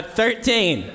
thirteen